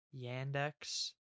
Yandex